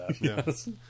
Yes